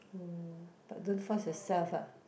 oh but don't force yourself lah